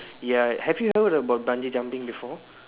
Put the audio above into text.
ya have you heard about bungee jumping before